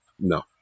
no